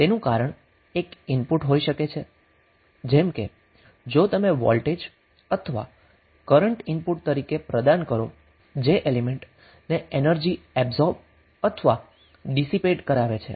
તેનું કારણ એક ઇનપુટ હોઈ શકે છે જેમ કે જો તમે વોલ્ટેજ અથવા કરન્ટ ઇનપુટ તરીકે પ્રદાન કરો જે એલિમેન્ટ ને એનર્જી એબ્સોર્બ અથવા ડિસિપેટ કરાવે છે